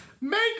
make